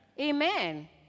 Amen